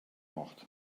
nocht